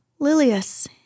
Lilius